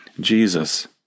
Jesus